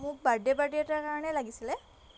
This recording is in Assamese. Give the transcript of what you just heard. মোক বাৰ্ডে পাৰ্টি এটাৰ কাৰণে লাগিছিলে